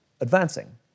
advancing